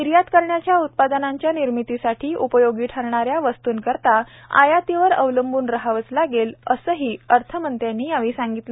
निर्यात करण्याच्या उत्पादनांच्या निर्मीतीसाठी उपयोगी ठरणाऱ्या वस्तूंकरिता आयातीवर अवलंबून रहावंच लागेल असंही अर्थमंत्र्यांनी यावेळी सांगितलं